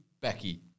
Becky